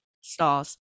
stars